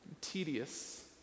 tedious